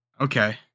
Okay